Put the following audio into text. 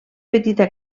petita